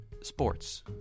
Sports